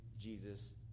Jesus